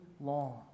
long